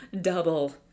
double